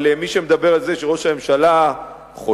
אבל מי שמדבר על זה שראש הממשלה חושש,